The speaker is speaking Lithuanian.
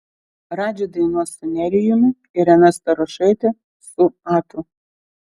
radži dainuos su nerijumi irena starošaitė su atu